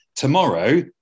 Tomorrow